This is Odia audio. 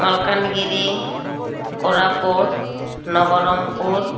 ମାଲକାନଗିରି କୋରାପୁଟ ନବରଙ୍ଗପୁର